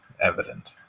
evident